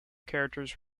characters